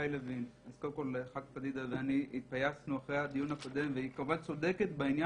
ח"כ פדידה ואני התפייסנו אחרי הדיון הקודם והיא כמובן צודקת בעניין.